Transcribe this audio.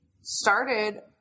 started